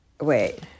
wait